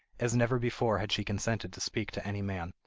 as never before had she consented to speak to any man.